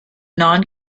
non